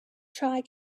try